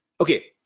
Okay